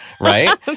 right